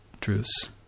truths